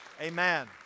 Amen